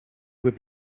would